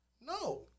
No